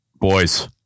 Boys